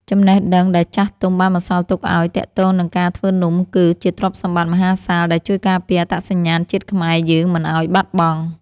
ចំណេះដឹងដែលចាស់ទុំបានបន្សល់ទុកឱ្យទាក់ទងនឹងការធ្វើនំគឺ ជាទ្រព្យសម្បត្តិមហាសាលដែលជួយការពារអត្តសញ្ញាណជាតិខ្មែរយើងមិនឱ្យបាត់បង់។